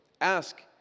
Ask